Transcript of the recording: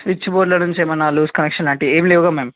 switch బోర్డ్లో నుంచి ఏమన్నా లూజ్ కనక్షన్ లాంటివి ఏం లేవు కదా మ్యామ్